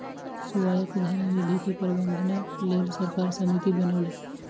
स्वायत्त धन निधि के प्रबंधनक लेल सरकार समिति बनौलक